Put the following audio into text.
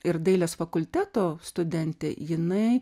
ir dailės fakulteto studentė jinai